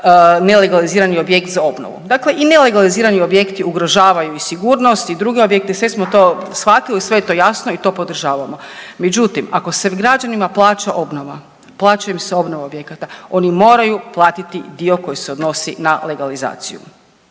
nelegalizirani objekt za obnovu. Dakle i nelegalizirani objekti ugrožavaju i sigurnost i druge objekte, sve smo to shvatili i sve je to jasno i to podržavamo. Međutim, ako se građanima plaća obnova, plaća im se obnova objekata, oni moraju platiti dio koji se odnosi na legalizaciju.